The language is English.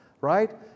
Right